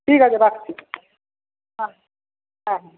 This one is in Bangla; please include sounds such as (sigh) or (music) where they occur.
ঠিক আছে রাখছি (unintelligible) হ্যাঁ হ্যাঁ হুঁ